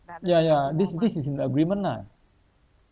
ya ya this this is in the agreement lah